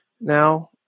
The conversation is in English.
now